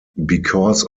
because